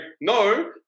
no